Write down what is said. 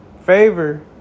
favor